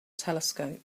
telescope